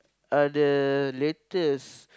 are the latest